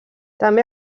també